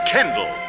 Kendall